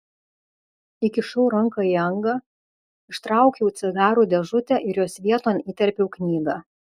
įkišau ranką į angą ištraukiau cigarų dėžutę ir jos vieton įterpiau knygą